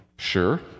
Sure